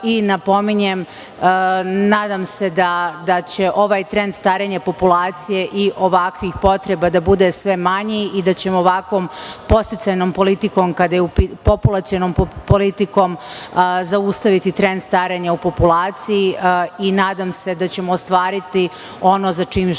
periodu. Napominjem, nadam se da će ovaj trend starenja populacije i ovakvih potreba da bude sve manji i da ćemo ovakvom populacionom politikom zaustaviti trend starenja u populaciji i nadam se da ćemo ostvariti ono za čim svi